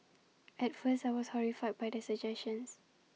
at first I was horrified by the suggestion